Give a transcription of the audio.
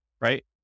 right